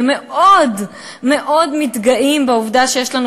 ומאוד מאוד מתגאים בעובדה שיש לנו